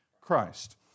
Christ